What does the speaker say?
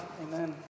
Amen